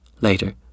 Later